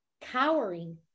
cowering